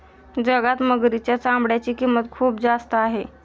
जगात मगरीच्या चामड्याची किंमत खूप जास्त आहे